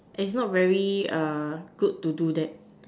is not very uh good to do that